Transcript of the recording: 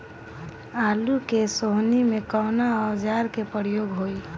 आलू के सोहनी में कवना औजार के प्रयोग होई?